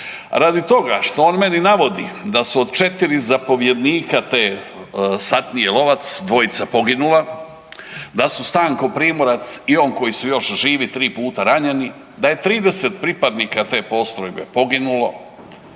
Radi toga što on meni navodi da su od 4 zapovjednika te satnije Lovac 2 poginula, da su Stanko Primorac i on koji su još živi 3 puta ranjeni, da je 30 pripadnika te postrojbe poginulo,